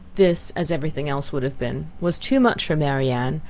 this, as every thing else would have been, was too much for marianne,